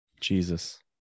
Jesus